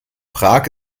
prag